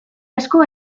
asko